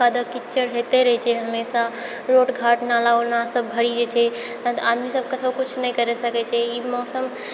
कादो किच्चर होइते रहै छै हमेशा रोड कात नाला वाला सभ भरि जाइ छै तऽ आदमी सभ कतहु किछु नहि करि सकै छै ई मौसम